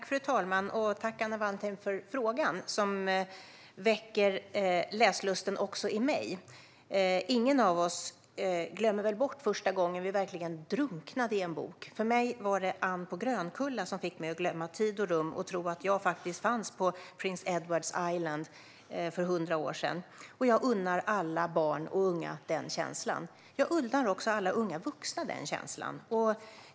Fru talman! Tack, Anna Wallentheim, för frågan! Den väcker läslusten också i mig. Ingen av oss har väl glömt bort första gången vi verkligen drunknade i en bok. För mig var det Anne på Grönkulla som fick mig att glömma tid och rum och tro att jag faktiskt var på Prince Edward Island för hundra år sedan. Jag unnar alla barn och unga den känslan. Jag unnar också alla unga vuxna den känslan.